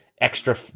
extra